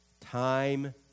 time